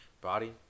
body